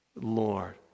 Lord